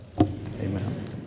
Amen